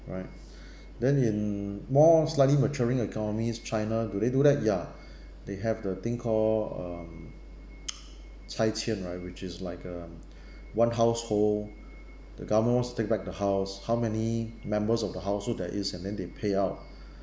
right then in more slightly maturing economy china do they do that ya they have the thing call um chaiqian right which is like a one household the government wants to take back the house how many members of the household there is and then they pay out